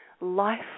life